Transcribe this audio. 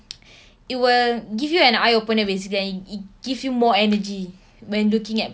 it will give you an eye-opener basically and it it give you more energy when looking at